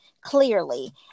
clearly